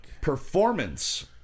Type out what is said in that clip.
Performance